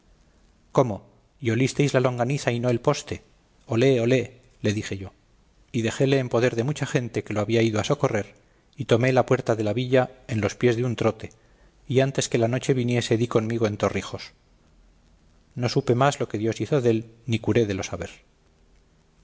cómo y olistes la longaniza y no el poste olé olé le dije yo y dejéle en poder de mucha gente que lo había ido a socorrer y tomé la puerta de la villa en los pies de un trote y antes que la noche viniese di conmigo en torrijos no supe más lo que dios dél hizo ni curé de lo saber